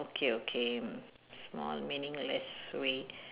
okay okay mm small meaningless way